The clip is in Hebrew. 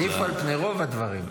עדיף על פני רוב הדברים.